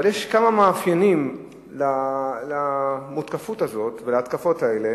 אבל יש כמה מאפיינים למותקפות הזאת ולהתקפות האלה.